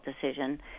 decision